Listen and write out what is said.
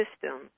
system